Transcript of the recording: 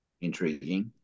Intriguing